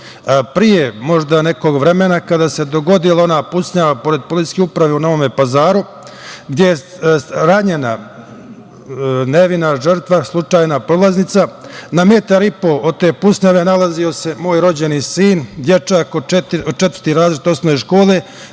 Pre nekog vremena, kada se dogodila ona pucnjava pored policijske uprave u Novom Pazaru, gde je ranjena nevina žrtva, slučajna prolaznica, na metar i po od te pucnjave se nalazio moj rođeni sin, dečak, četvrti razred osnove škole,